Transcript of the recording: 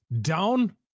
down